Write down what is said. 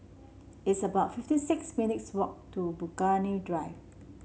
it's about fifty six minutes' walk to Burgundy Drive